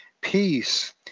Peace